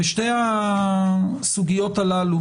שתי הסוגיות הללו